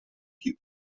più